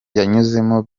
yanyuzemo